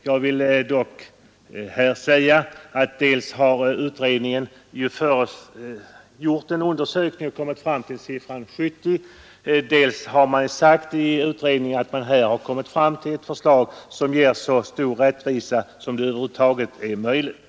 Jag vill dock erinra om att dels har utredningen gjort en undersökning och kommit till siffran 70, dels har man i utredningen sagt att man har kommit fram till ett förslag som ger så stor rättvisa som över huvud taget är möjligt.